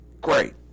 great